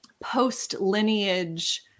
post-lineage